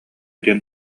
диэн